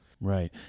Right